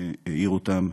העיר אותם.